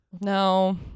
No